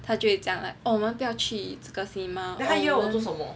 他就会讲我们不要去这个 cinema 我们